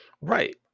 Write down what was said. Right